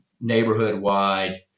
neighborhood-wide